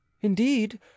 indeed